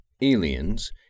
Aliens